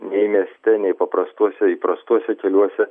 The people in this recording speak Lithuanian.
nei mieste nei paprastuose įprastuose keliuose